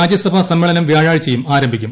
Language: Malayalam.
രാജ്യസഭാ സമ്മേളനം വ്യാഴാഴ്ചയും ആരംഭിക്കും